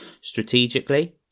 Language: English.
strategically